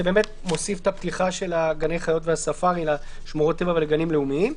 זה מוסיף את פתיחת גני החיות הספארי לשמורות טבע וגנים לאומיים.